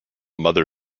mother